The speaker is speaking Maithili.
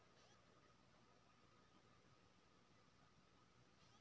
हमर चालू खाता के लेल न्यूनतम शेष राशि की हय?